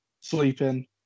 sleeping